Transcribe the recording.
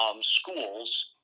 schools